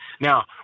Now